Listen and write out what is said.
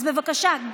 אז בבקשה,